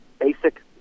basic